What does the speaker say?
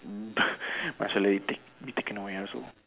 must well let you take be taken away also